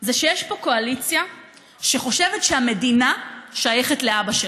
היא שיש פה קואליציה שחושבת שהמדינה שייכת לאבא שלה,